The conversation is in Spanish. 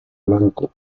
blanco